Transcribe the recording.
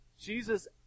jesus